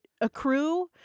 accrue